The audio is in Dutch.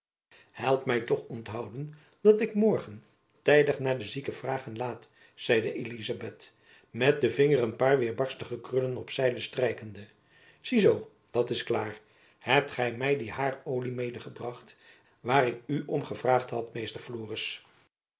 help my toch onthouden dat ik morgen tijdig naar den zieke vragen laat zeide elizabeth met den vinger een paar weêrbarstige krullen op zijde strijkende zie zoo dat is klaar hebt gy my die hair olie medegebracht waar ik u om gevraagd had